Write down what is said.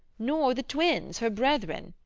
nor the twins her brethren,